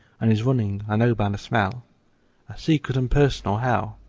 and he's running i know by the smell a secret and personal hell!